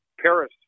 Paris